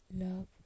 love